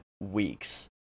weeks